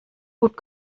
gut